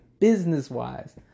business-wise